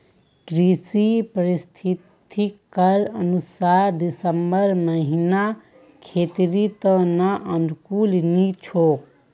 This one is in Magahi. कृषि पारिस्थितिकीर अनुसार दिसंबर महीना खेतीर त न अनुकूल नी छोक